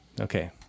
Okay